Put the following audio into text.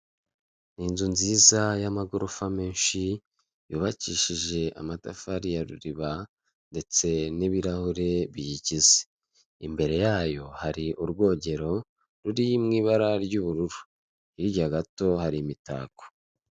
Inzu nziza y'amagorofa menshi yubakishije amatafari ya ruriba ndetse n'ibirahuri biyigize, imbere yayo hari urwogero ruri mu ibara ry'ubururu, hirya gato hari imitako.